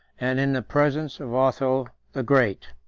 and in the presence of otho the great.